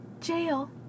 jail